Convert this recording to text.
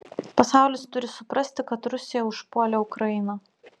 pasaulis turi suprasti kad rusija užpuolė ukrainą